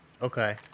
Okay